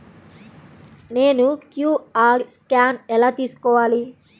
నేను QR scan ఎలా తీసుకోవాలి?